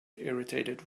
irritated